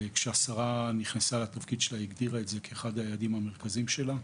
כשהשרה נכנסה לתפקיד שלה היא הגדירה את זה כאחד היעדים המרכזיים שלה.